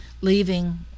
leaving